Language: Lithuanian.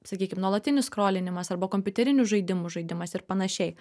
sakykim nuolatinis skrolinimas arba kompiuterinių žaidimų žaidimas ir panašiai